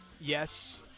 yes